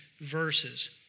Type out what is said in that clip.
verses